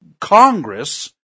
Congress